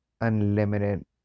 unlimited